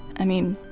i mean,